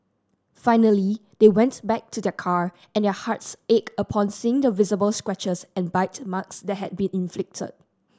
finally they went back to their car and their hearts ached upon seeing the visible scratches and bite marks that had been inflicted